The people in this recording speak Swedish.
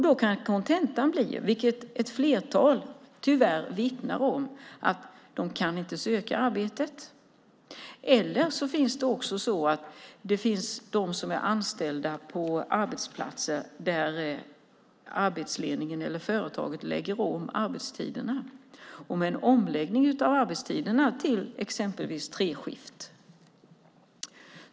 Då kan kontentan bli, vilket ett flertal tyvärr vittnar om, att man inte kan söka ett visst arbete. Det finns också de som är anställda på arbetsplatser där arbetsledningen eller företaget lägger om arbetstiderna. Det kan vara en omläggning av arbetstiderna till treskift.